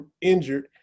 injured